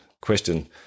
question